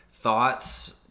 thoughts